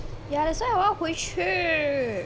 ya that's why 我回去